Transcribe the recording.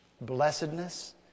blessedness